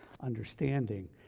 understanding